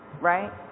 right